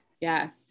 Yes